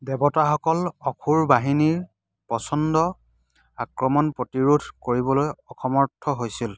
দেৱতাসকল অসুৰ বাহিনীৰ প্ৰচণ্ড আক্ৰমণ প্ৰতিৰোধ কৰিবলৈ অসমৰ্থ হৈছিল